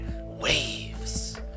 waves